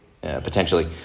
Potentially